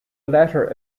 letter